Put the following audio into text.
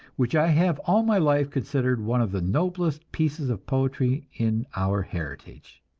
which i have all my life considered one of the noblest pieces of poetry in our heritage